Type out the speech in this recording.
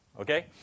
Okay